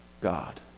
God